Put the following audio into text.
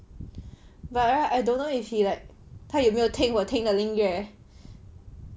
but right I don't know if he like 他有没有听我听的音乐